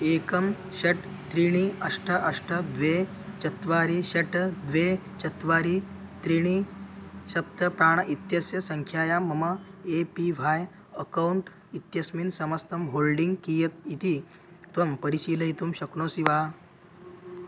एकं षट् त्रीणि अष्ट अष्ट द्वे चत्वारि षट् द्वे चत्वारि त्रीणि सप्त प्राण इत्यस्य सङ्ख्यायां मम ए पी व्है अकौण्ट् इत्यस्मिन् समस्तं होल्डिङ्ग् कियत् इति त्वं परिशीलयितुं शक्नोषि वा